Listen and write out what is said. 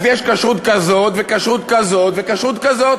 אז יש כשרות כזאת וכשרות כזאת וכשרות כזאת,